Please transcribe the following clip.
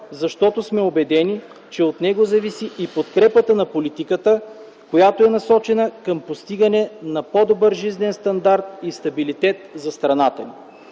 защото сме убедени, че от него зависи и подкрепата на политиката, която е насочена към постигане на по-добър жизнен стандарт и стабилитет за страната.